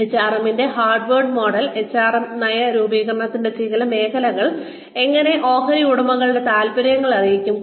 HRM ന്റെ Harvard model HRM നയ രൂപീകരണത്തിന്റെ ചില മേഖലകൾ എങ്ങനെ ഓഹരി ഉടമകളുടെ താൽപ്പര്യങ്ങൾ അറിയിക്കും